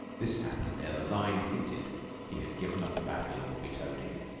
this happened ere the line hinted he had given up the battle and would be towed in.